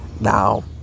Now